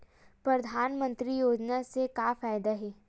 परधानमंतरी योजना से का फ़ायदा हे?